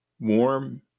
warm